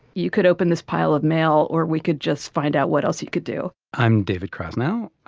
you could open this pile of mail or we could just find out what else you could do i'm david cross. now,